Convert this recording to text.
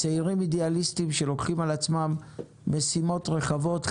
צעירים אידיאליסטים שלוקחים על עצמם משימות רחבות,